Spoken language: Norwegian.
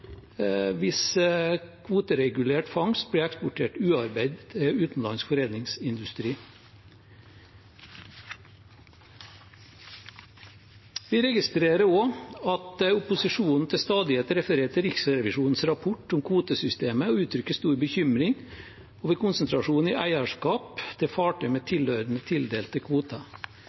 hvis kvoteregulert fangst blir eksportert ubearbeidd til utenlandsk foredlingsindustri. Vi registrerer også at opposisjonen til stadighet refererer til Riksrevisjonens rapport om kvotesystemet og uttrykker stor bekymring over konsentrasjon i eierskap til fartøy med tilhørende tildelte kvoter.